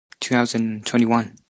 2021